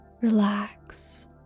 relax